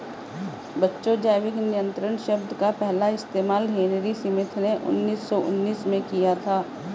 बच्चों जैविक नियंत्रण शब्द का पहला इस्तेमाल हेनरी स्मिथ ने उन्नीस सौ उन्नीस में किया था